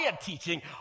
teaching